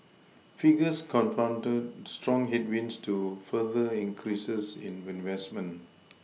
figures confounded strong headwinds to further increases in investment